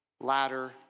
ladder